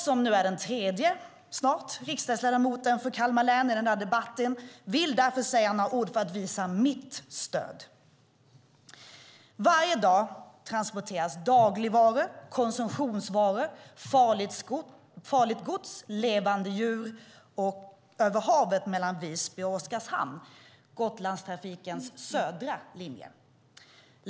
Som en av flera riksdagsledamöter från Kalmar län i denna debatt vill därför säga några ord för att visa mitt stöd. Varje dag transporteras dagligvaror, konsumtionsvaror, farligt gods och levande djur över havet mellan Visby och Oskarshamn. Det är Gotlandstrafikens södra linje.